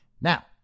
Now